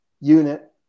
unit